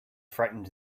frightened